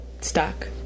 Stuck